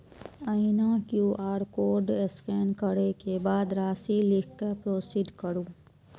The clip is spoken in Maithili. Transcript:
एहिना क्यू.आर कोड स्कैन करै के बाद राशि लिख कें प्रोसीड करू